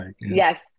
Yes